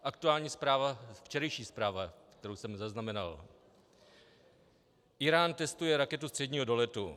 Aktuální zpráva, včerejší zpráva, kterou jsem zaznamenal: Írán testuje raketu středního doletu.